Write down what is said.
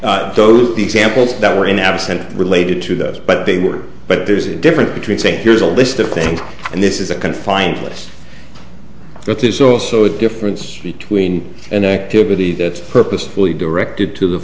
forum those examples that were in absentia related to those but they were but there's a difference between saying here's a list of things and this is a confined list but there's also a difference between an activity that's purposefully directed to the